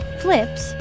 flips